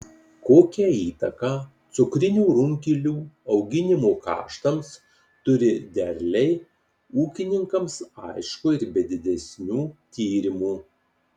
kokią įtaką cukrinių runkelių auginimo kaštams turi derliai ūkininkams aišku ir be didesnių tyrimų